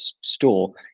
store